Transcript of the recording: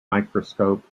microscope